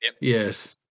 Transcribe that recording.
Yes